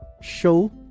show